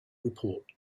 report